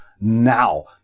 now